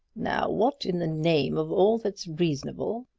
now what in the name of all that's reasonable,